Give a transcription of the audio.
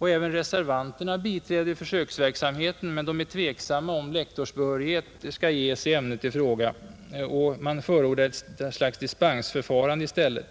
Även reservanterna biträder förslaget om försöksverksamhet men är tveksamma huruvida lektorsbehörighet skall ges i ämnet i fråga. Man förordar i stället ett dispensförfarande.